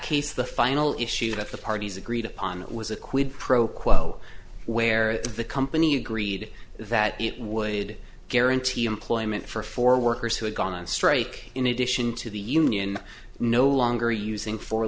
case the final issue that the parties agreed upon was a quid pro quo where the company agreed that it would guarantee employment for four workers who had gone on strike in addition to the union no longer using fo